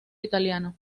italiano